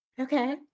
Okay